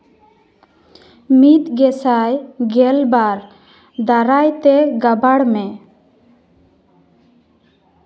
ᱢᱤᱫ ᱜᱮ ᱥᱟᱭ ᱜᱮᱞ ᱵᱟᱨ ᱫᱟᱨᱟᱭ ᱛᱮ ᱜᱟᱵᱟᱬ ᱢᱮ